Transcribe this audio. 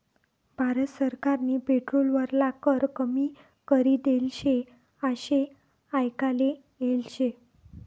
भारत सरकारनी पेट्रोल वरला कर कमी करी देल शे आशे आयकाले येल शे